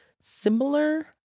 similar